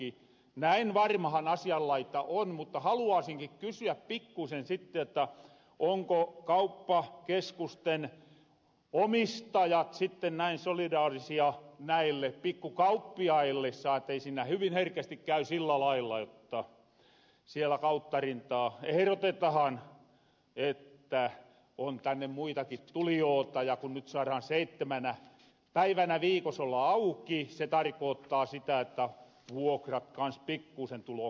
näin varmahan asian laita on mutta haluaasinkin kysyä pikkusen sitten jotta onko kauppakeskusten omistajat sitten näin solidaarisia näille pikkukauppiaille saatei siinä hyvin herkästi käy sillä lailla jotta siellä kauttarintaa ehrotetahan että on tänne muitakin tulijoota ja kun nyt saarahan seittemänä päivänä viikos olla auki se tarkoottaa sitä jotta vuokrat kans pikkuusen tuloo kovemmiksi